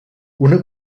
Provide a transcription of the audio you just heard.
una